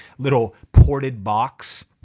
little ported box,